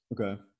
Okay